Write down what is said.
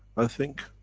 i think,